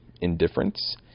indifference